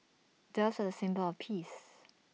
doves are A symbol of peace